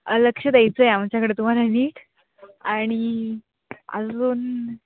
लक्ष द्यायचं आहे आमच्याकडे तुम्हाला नीट आणि अजून